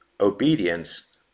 obedience